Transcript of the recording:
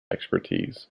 expertise